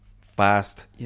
Fast